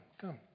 come